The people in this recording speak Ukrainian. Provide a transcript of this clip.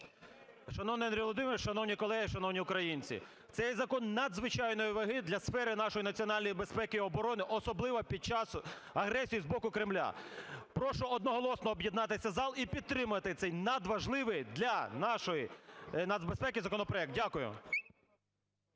Шановний Андрій Володимирович, шановні колеги, шановні українці, цей закон надзвичайної ваги для сфери нашої національної безпеки і оборони, особливо під час агресії з боку Кремля. Прошу одноголосно об'єднатися зал і підтримати цей надважливий для нашої нацбезпеки законопроект. Дякую.